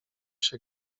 się